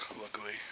luckily